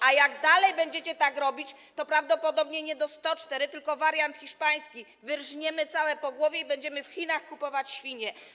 A jak dalej będziecie tak robić, to prawdopodobnie nie do 104, tylko wariant hiszpański: wyrżniemy całe pogłowie i będziemy w Chinach kupować świnie.